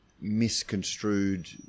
misconstrued